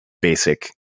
basic